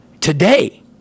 today